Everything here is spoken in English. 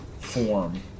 form